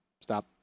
stop